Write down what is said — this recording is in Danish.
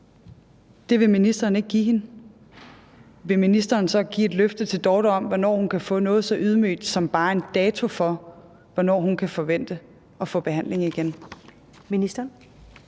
Det vil ministeren ikke give hende. Vil ministeren så give et løfte til Dorte om, hvornår hun kan få noget så ydmygt som bare en dato for, hvornår hun kan forvente at få behandling igen?